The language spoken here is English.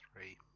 three